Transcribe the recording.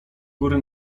góry